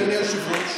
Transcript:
אין להם חשמל.